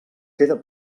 queda